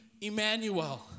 Emmanuel